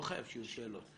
לא חייבות להיות שאלות,